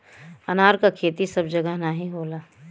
अनार क खेती सब जगह नाहीं होला